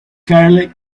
carley